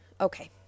okay